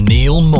Neil